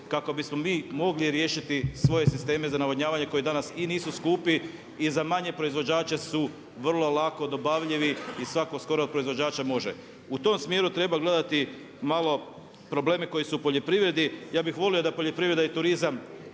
kako bismo mi mogli riješiti svoje sisteme za navodnjavanje koje danas i nisu skupi i za manje proizvođače su vrlo lako dobavljivi i svako skoro od proizvođača može. U tom smjeru treba gledati malo probleme koji su u poljoprivredi. Ja bih volio da poljoprivreda i turizam